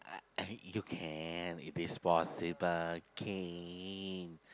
I you can it is possible can